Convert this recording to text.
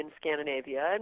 Scandinavia